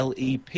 LEP